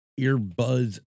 earbuds